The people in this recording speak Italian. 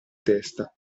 testa